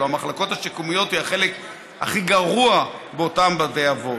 הלוא המחלקות השיקומיות הן החלק הכי גרוע באותם בתי אבות: